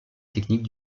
technique